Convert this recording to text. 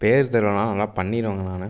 பேர் தெரியல்லன்னாலும் நல்லா பண்ணிடுவங்க நான்